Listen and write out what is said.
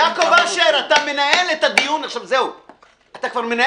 סליחה, אתה מנהל דיון בסעיפים,